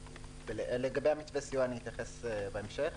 לגבי מתווה הסיוע אני אתייחס בהמשך.